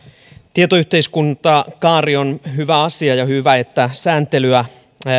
tietoyhteiskuntakaari on hyvä asia ja hyvä että sääntelyä